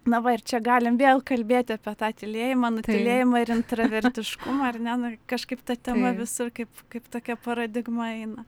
na va ir čia galim vėl kalbėti apie tą tylėjimą nutylėjimą ir intaravertiškumą ar ne nu kažkaip ta tyla visur kaip kaip tokia paradigma eina